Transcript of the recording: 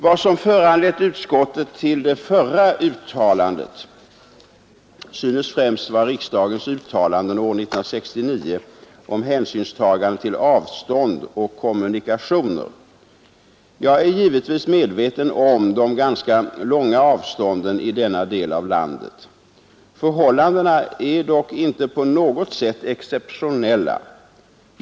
Vad som föranlett utskottet till det förra uttalandet synes främst vara riksdagens uttalanden år 1969 om hänsynstagande till avstånd och kommunikationer. Jag är givetvis medveten om de ganska långa avstånden i denna del av landet. Förhållandena är dock inte på något sätt exceptionella.